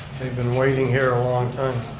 they've been waiting here a long time.